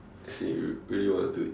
if you really want to do it